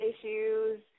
issues